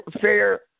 fair